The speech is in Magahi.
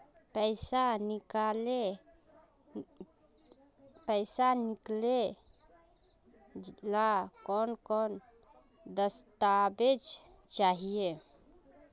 पैसा निकले ला कौन कौन दस्तावेज चाहिए?